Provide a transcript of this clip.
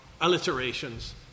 alliterations